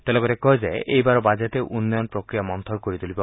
তেওঁ লগতে কয় যে এইবাৰৰ বাজেটে উন্নয়ন প্ৰক্ৰিয়া মন্থৰ কৰি তুলিব